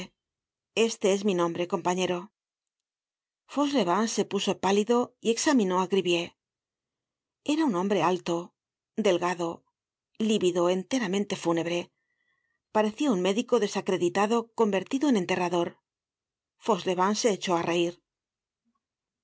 este es mi nombre compañero fauchelevent se puso pálido y examinó á gribier era un hombre alto delgado lívido enteramente fúnebre parecia un médico desacreditado convertido en enterrador fauchelevent se echó á reir ah